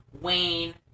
Wayne